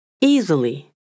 easily